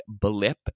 blip